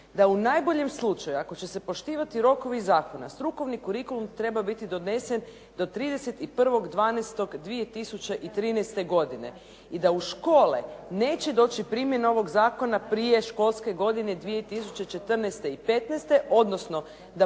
da u najboljem slučaju ako će se poštivati rokovi iz zakona strukovni kurikulum treba biti donesen do 31.12.2013. i da u škole neće doći primjene ovog zakona prije školske godine 2014./15. odnosno da